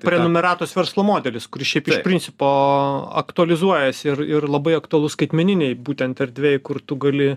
prenumeratos verslo modelis kuris šiaip iš principo aktualizuojasi ir ir labai aktualu skaitmeninėj būtent erdvėj kur tu gali